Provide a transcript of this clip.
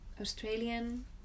Australian